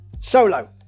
Solo